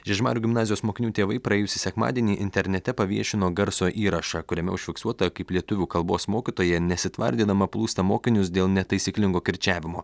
žiežmarių gimnazijos mokinių tėvai praėjusį sekmadienį internete paviešino garso įrašą kuriame užfiksuota kaip lietuvių kalbos mokytoja nesitvardydama plūsta mokinius dėl netaisyklingo kirčiavimo